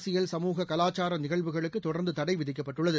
அரசியல் சமூக கலாச்சார நிகழ்வுகளுக்கு தொடர்ந்து தடை விதிக்கப்பட்டுள்ளது